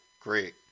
great